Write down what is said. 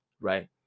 right